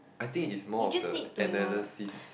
I think it's more of the analysis